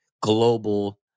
global